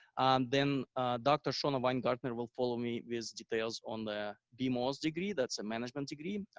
then dr. shawna weingarten and will follow me with details on the bmos degree, that's a management degree.